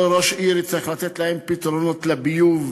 אותו ראש העיר יצטרך לתת להם פתרונות לביוב,